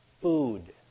food